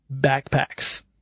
backpacks